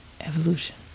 evolution